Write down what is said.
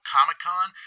Comic-Con